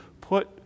put